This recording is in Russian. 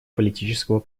политического